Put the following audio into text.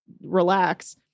relax